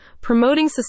promoting